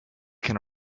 can